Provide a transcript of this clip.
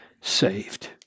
saved